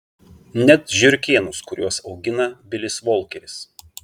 net žiurkėnus kuriuos augina bilis volkeris